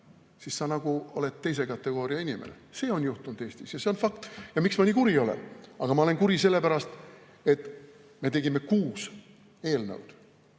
siis sa oled nagu teise kategooria inimene. See on juhtunud Eestis ja see on fakt. Miks ma nii kuri olen? Ma olen kuri sellepärast, et me tegime kuus eelnõu